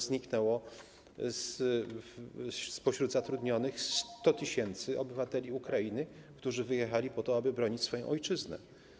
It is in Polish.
Zniknęło również spośród osób zatrudnionych 100 tys. obywateli Ukrainy, którzy wyjechali po to, aby bronić swojej ojczyzny.